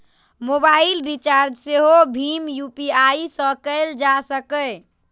mobile recharge सेहो भीम UPI सं कैल जा सकैए